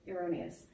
erroneous